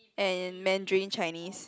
and Mandarin Chinese